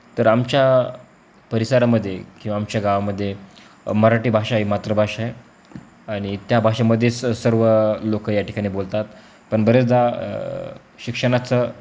तर आमच्या परिसरामध्ये किंवा आमच्या गावामध्ये मराठी भाषा ही मातृभाषा आहे आणि त्या भाषेमध्येच सर्व लोकं या ठिकाणी बोलतात पण बरेचदा शिक्षणाचं